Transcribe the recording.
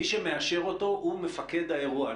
מי שמאשר אותו הוא מפקד האירוע,